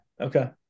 Okay